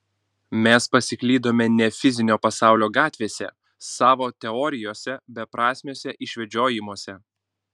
mes pasiklydome ne fizinio pasaulio gatvėse savo teorijose beprasmiuose išvedžiojimuose